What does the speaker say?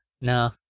No